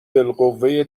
بالقوه